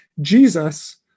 Jesus